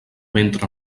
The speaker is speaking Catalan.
ventre